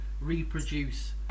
reproduce